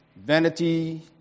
Vanity